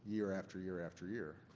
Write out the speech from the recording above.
year after year after year.